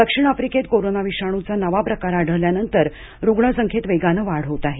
दक्षिण आफ्रिकेत कोरोना विषाणूचा नवा प्रकार आढळल्यानंतर रुग्णसंख्येत वेगानं वाढ होत आहे